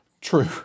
True